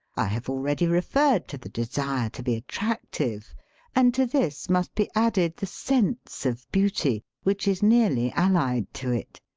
i have already re ferred to the desire to be attractive and to this must be added the sense of beauty, which is nearly allied to it.